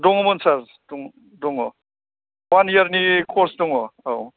दङमोन सार दं दङ अवान इयारनि कर्स दङ औ